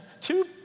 two